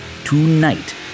Tonight